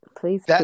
please